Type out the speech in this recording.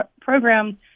program